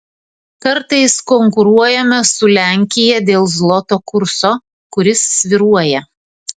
kartais konkuruojame su lenkija dėl zloto kurso kuris svyruoja